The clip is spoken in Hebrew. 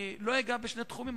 אני לא אגע בעוד שני תחומים,